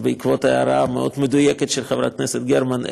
בעקבות ההערה המאוד-מדויקת של חברת הכנסת גרמן,